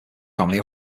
family